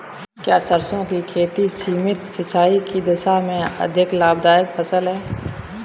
क्या सरसों की खेती सीमित सिंचाई की दशा में भी अधिक लाभदायक फसल है?